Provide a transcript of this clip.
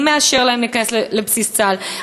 מי מאשר להם להיכנס לבסיס צה"ל?